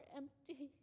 empty